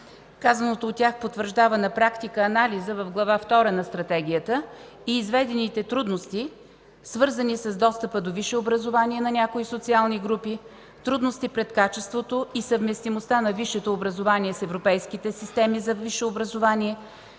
Казаното от тях потвърждава на практика анализа в Глава втора на Стратегията и изведените трудности, свързани с достъпа до висше образование на някои социални групи; трудностите пред качеството и съвместимостта на висшето образование с европейските системи за висше образование;